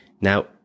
Now